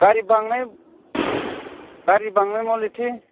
गारि बांनाय गारि बांनाय मलिथे